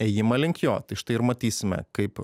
ėjimą link jo tai štai ir matysime kaip